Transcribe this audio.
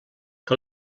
que